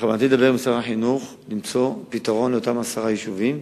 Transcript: בכוונתי לדבר עם שר החינוך ולמצוא פתרון לאותם עשרה יישובים,